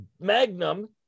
Magnum